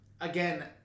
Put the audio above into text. Again